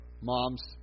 moms